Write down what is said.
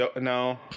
No